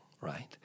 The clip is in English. right